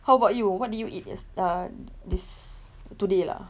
how about you what did you eat yes~ ah this today lah